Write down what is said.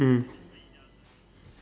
mm